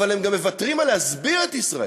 אבל הם גם מוותרים על להסביר את ישראל.